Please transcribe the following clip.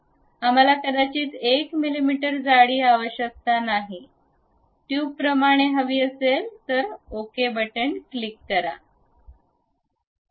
आम्हाला कदाचित 1 मिमी जाडी आवश्यकता नाही ट्यूबप्रमाणे हवि असेल तर ओके क्लिक करा